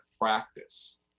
practice